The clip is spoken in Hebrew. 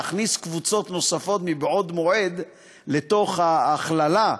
מלהכניס קבוצות נוספות מבעוד מועד לתוך ההכללה.